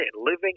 living